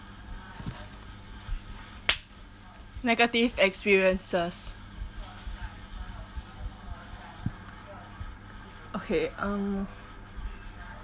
negative experiences okay um